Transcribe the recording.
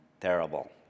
Terrible